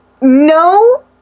no